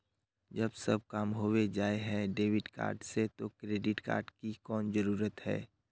जब सब काम होबे जाय है डेबिट कार्ड से तो क्रेडिट कार्ड की कोन जरूरत है?